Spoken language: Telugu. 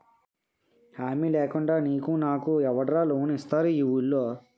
హామీ లేకుండా నీకు నాకు ఎవడురా లోన్ ఇస్తారు ఈ వూళ్ళో?